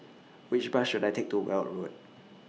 Which Bus should I Take to Weld Road